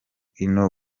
ino